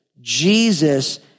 Jesus